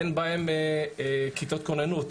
אין בהם כיתות כוננות,